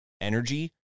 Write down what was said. energy